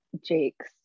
jake's